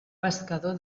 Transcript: pescador